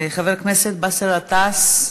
חבר הכנסת באסל גטאס.